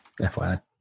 FYI